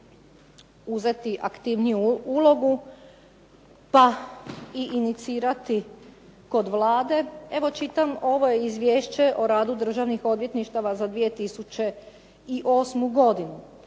uzeti aktivniju ulogu, pa i inicirati kod Vlade. Evo čitam ovo izvješće o radu Državnih odvjetništava za 2008. godinu